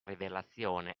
rivelazione